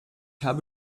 habe